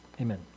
amen